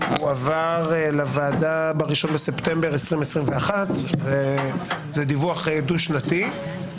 שהועבר לוועדה ב-1 בספטמבר 2021. זהו דיווח דו שנתי.